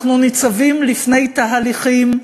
אנחנו ניצבים לפני תהליכים,